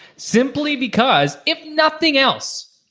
simply because, if nothing else,